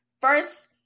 first